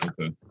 Okay